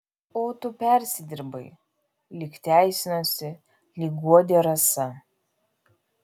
o tu persidirbai lyg teisinosi lyg guodė rasa